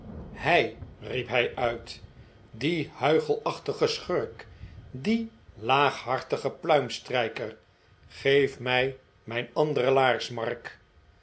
hij riep hij uit die huichelachtige schurk die laaghartige pluimstrijker geef mij mijn andere